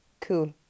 cool